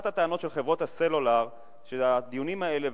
אחת הטענות של חברות הסלולר היא שהדיונים האלה,